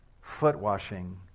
foot-washing